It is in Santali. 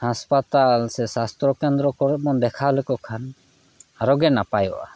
ᱦᱟᱥᱯᱟᱛᱟᱞ ᱥᱮ ᱥᱟᱥᱛᱚ ᱠᱮᱱᱫᱨᱚ ᱠᱚᱨᱮᱫ ᱵᱚᱱ ᱫᱮᱠᱞᱷᱟᱣ ᱞᱮᱠᱚ ᱠᱷᱟᱱ ᱟᱨᱚ ᱜᱮ ᱱᱟᱯᱟᱭᱚᱜᱼᱟ